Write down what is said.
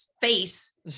face